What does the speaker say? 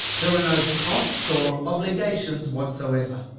there are no costs or obligations whatsoever.